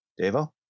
Devo